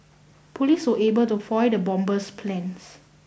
police were able to foil the bomber's plans